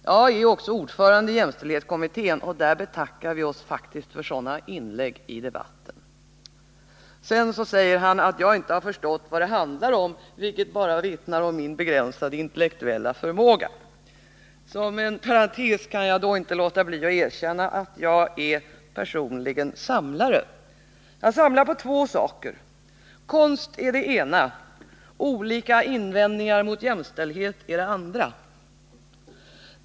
Jag är också ordförande i jämställdhetskommittén, och där betackar vi oss verkligen för sådana här inlägg i debatten. Sedan säger han att jag inte har förstått vad det handlar om, vilket ”bara vittnar om min begränsade intellektuella förmåga”. Som en parentes kan jag då inte låta bli att erkänna att jag personligen är samlare; jag samlar på två saker, konst är det ena, olika invändningar mot jämställdhet är det andra.